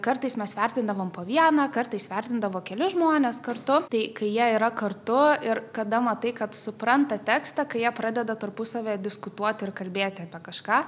kartais mes vertindavom po vieną kartais vertindavo keli žmonės kartu tai kai jie yra kartu ir kada matai kad supranta tekstą kai jie pradeda tarpusavyje diskutuoti ir kalbėti apie kažką